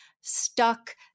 stuck